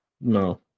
No